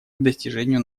достижению